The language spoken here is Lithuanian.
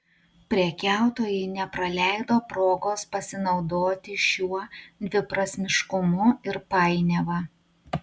prekiautojai nepraleido progos pasinaudoti šiuo dviprasmiškumu ir painiava